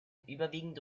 überwiegend